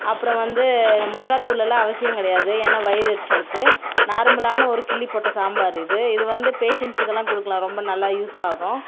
அப்புறம் வந்து மிளகா தூளெல்லாம் அவசியம் கிடையாது ஏன்னா வயிறு எரிச்சலுக்கு நார்மலான ஒரு கிள்ளி போட்ட சாம்பாரு இது இது வந்து பேசென்ட்ஸ்க்கு எல்லாம் கொடுக்கலாம் ரொம்ப நல்லா யூஸ் ஆகும்